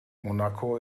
monaco